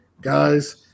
guys